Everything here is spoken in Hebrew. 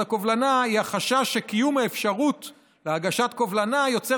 הקובלנה היא החשש שקיום האפשרות להגשת הקובלנה יוצר